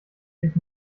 sich